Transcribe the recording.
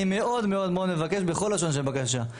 אני מאוד מאוד מבקש בכל לשון של בקשה,